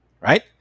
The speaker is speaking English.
right